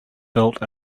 built